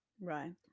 Right